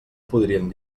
podríem